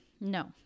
No